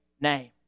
name